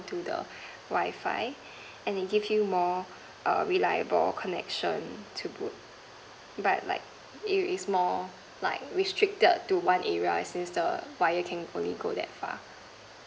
do the wifi and it gives you more err reliable connection to booth but like it is more like restricted to one area since the wire can only go that far